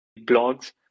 blogs